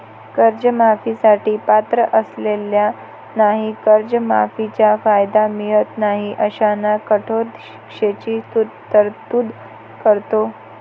कर्जमाफी साठी पात्र असलेल्यांनाही कर्जमाफीचा कायदा मिळत नाही अशांना कठोर शिक्षेची तरतूद करतो